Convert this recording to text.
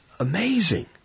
Amazing